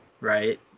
right